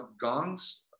gongs